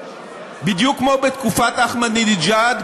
בדיוק כמו בתקופת אחמדינג'אד,